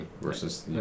versus